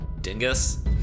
dingus